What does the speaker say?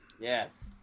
Yes